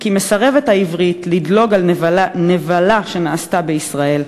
/ כי מסרבת העברית לדלוג על נבלה שנעשתה בישראל.